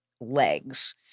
legs